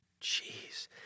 jeez